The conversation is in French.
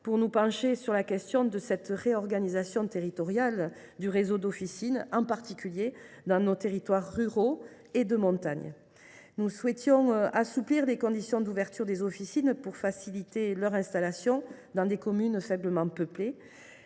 pour nous pencher sur la question de la réorganisation territoriale du réseau d’officines, en particulier dans nos territoires ruraux et de montagne. Nous souhaitions assouplir les conditions d’ouverture des officines pour faciliter leur installation dans des communes faiblement peuplées.